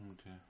okay